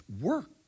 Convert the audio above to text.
work